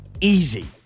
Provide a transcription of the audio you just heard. easy